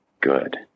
good